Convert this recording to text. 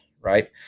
right